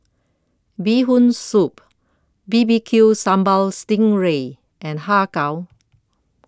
Bee Hoon Soup B B Q Sambal Sting Ray and Har Kow